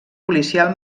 policial